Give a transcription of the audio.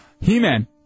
He-Man